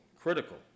Critical